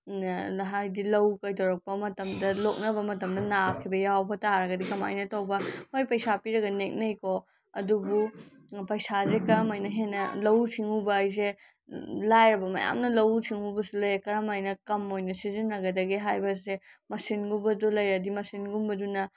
ꯍꯥꯏꯗꯤ ꯂꯧ ꯀꯩꯗꯧꯔꯛꯄ ꯃꯇꯝꯗ ꯂꯣꯛꯅꯕ ꯃꯇꯝꯗ ꯅꯥꯈꯤꯕ ꯌꯥꯎꯕ ꯇꯥꯔꯒꯗꯤ ꯀꯃꯥꯏꯅ ꯇꯧꯕ ꯍꯣꯏ ꯄꯩꯁꯥ ꯄꯤꯔꯒ ꯅꯦꯛꯅꯩ ꯀꯣ ꯑꯗꯨꯕꯨ ꯄꯩꯁꯥꯁꯦ ꯀꯔꯝ ꯍꯥꯏꯅ ꯍꯦꯟꯅ ꯂꯧꯎ ꯁꯤꯡꯎꯕ ꯍꯥꯏꯁꯦ ꯂꯥꯏꯔꯕ ꯃꯌꯥꯝꯅ ꯂꯧꯎ ꯁꯤꯡꯎꯕꯁꯨ ꯂꯩ ꯀꯔꯝ ꯍꯥꯏꯅ ꯀꯝ ꯑꯣꯏꯅ ꯁꯤꯖꯤꯟꯅꯒꯗꯒꯦ ꯍꯥꯏꯕꯁꯦ ꯃꯁꯤꯟꯒꯨꯝꯕꯗꯣ ꯂꯩꯔꯗꯤ ꯃꯁꯤꯟꯒꯨꯝꯕꯗꯨꯅ